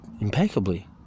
impeccably